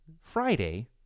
Friday